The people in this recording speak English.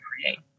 create